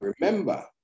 remember